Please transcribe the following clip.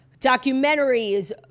documentaries